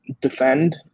defend